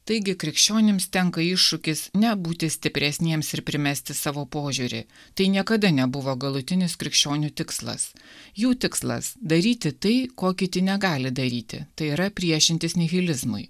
taigi krikščionims tenka iššūkis nebūti stipresniems ir primesti savo požiūrį tai niekada nebuvo galutinis krikščionių tikslas jų tikslas daryti tai ko kiti negali daryti tai yra priešintis nihilizmui